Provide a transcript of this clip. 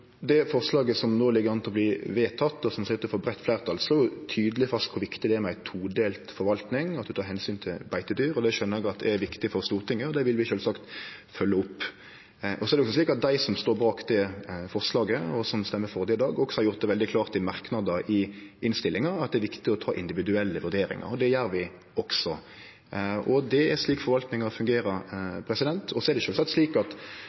forslaget som no ligg an til å verte vedteke, og som ser ut til å få breitt fleirtal, slår tydeleg fast kor viktig det er med ei todelt forvaltning, at ein tek omsyn til beitedyr. Det skjøner eg er viktig for Stortinget, og det vil vi sjølvsagt følgje opp. Dei som står bak forslaget, og som røyster for det i dag, har gjort det veldig klart også i merknader i innstillinga at det er viktig å ta individuelle vurderingar. Det gjer vi også. Det er slik forvaltninga fungerer. Eg forstår at mykje av bakgrunnen for dette er den krevjande situasjonen som oppstod særleg i Namdalen og i Trøndelag i fjor sommar. Og eg vil understreke at